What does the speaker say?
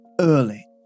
early